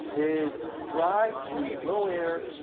is dry means low air,